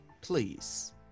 Please